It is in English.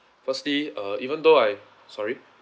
firstly uh even though I sorry